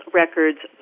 records